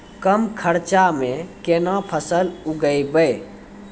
कम खर्चा म केना फसल उगैबै?